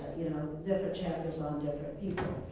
you know, different chapters on different people.